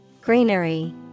Greenery